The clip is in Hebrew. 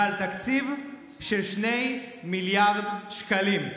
ועל תקציב של 2 מיליארד שקלים.